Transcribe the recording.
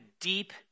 deep